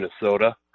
Minnesota